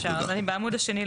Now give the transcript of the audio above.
אפשר, אני בהגדרות: